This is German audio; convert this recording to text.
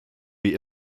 wie